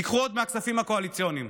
תיקחו עוד מהכספים הקואליציוניים.